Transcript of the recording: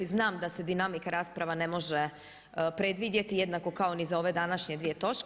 Znam, da se dinamika rasprava ne može predvidjeti jednako kao ni za ove današnje dvije točke.